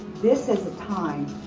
this is the time